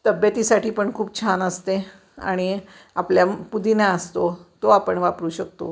तब्येतीसाठी पण खूप छान असते आणि आपल्या पुदिना असतो तो आपण वापरू शकतो